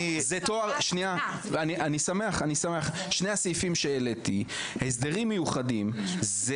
שני הסעיפים שהעליתי, הסדרים מיוחדים זה